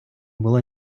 було